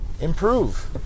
improve